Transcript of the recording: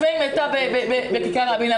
הפגנת העצמאים הייתה בכיכר רבין,